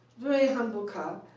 very humble car,